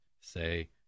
say